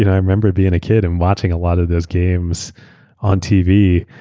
you know i remember it being a kid and watching a lot of these games on tv,